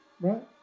right